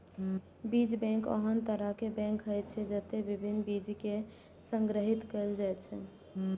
बीज बैंक ओहन तरहक बैंक होइ छै, जतय विभिन्न बीज कें संग्रहीत कैल जाइ छै